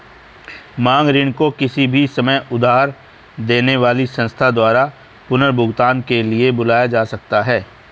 मांग ऋण को किसी भी समय उधार देने वाली संस्था द्वारा पुनर्भुगतान के लिए बुलाया जा सकता है